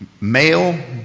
Male